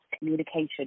communication